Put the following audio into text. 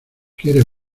quiere